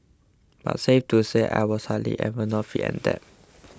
but safe to say I was hardly ever not fit and that